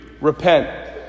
repent